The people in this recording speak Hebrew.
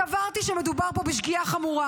סברתי שמדובר פה בפגיעה חמורה.